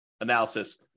analysis